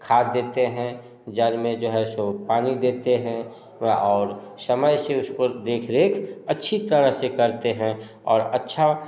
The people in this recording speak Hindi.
खाद देते हैं जड़ में जो है सो पानी देखते हैं या और समय से उसको देख रेख अच्छी तरह से करते हैं और अच्छा